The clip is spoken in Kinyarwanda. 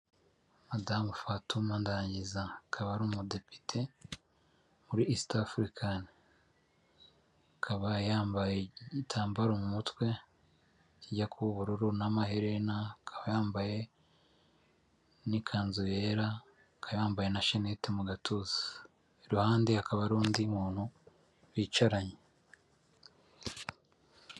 Madamu Fatuma Ndangiza akaba ari umudepite muri isiti afurikani, akaba yambaye igitambaro mu mutwe kijya ku ubururu n'amaherena, akaba yambaye n'ikanzu yera, akaba yambaye na shinete mu gatuza, iruhande akaba ari undi muntu bicaranye.